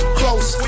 close